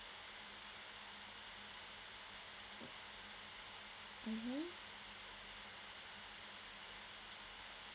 mmhmm